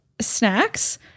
snacks